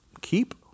keep